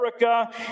America